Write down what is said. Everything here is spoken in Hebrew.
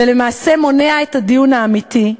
ולמעשה מונע כל דיון אמיתי,